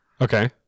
Okay